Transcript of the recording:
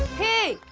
hey,